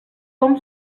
com